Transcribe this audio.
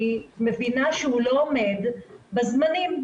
אני מבינה שהוא לא עומד בזמנים.